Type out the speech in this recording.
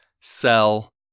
sell